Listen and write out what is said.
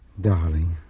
Darling